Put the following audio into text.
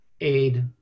aid